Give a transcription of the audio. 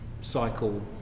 cycle